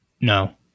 No